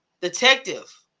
Detective